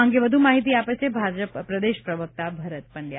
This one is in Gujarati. આ અંગે વધુ માહિતી આપે છે ભાજપ પ્રદેશ પ્રવક્તા ભરત પંડવા